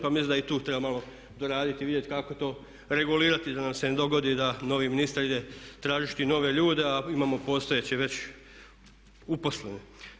Pa mislim da i tu treba malo doraditi i vidjeti kako to regulirati da nam se ne dogodi da novi ministar ide tražiti nove ljude, a imamo postojeće već uposlene.